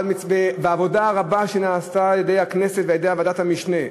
אבל בעבודה הרבה שנעשתה על-ידי הכנסת ועל-ידי ועדת המשנה,